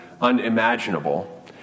unimaginable